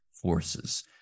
forces